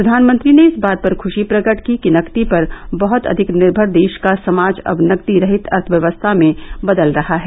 प्रधानमंत्री ने इस बात पर ख्शी प्रकट की कि नकदी पर बहुत अधिक निर्भर देश का समाज अब नकदी रहित अर्थव्यवस्था में बदल रहा है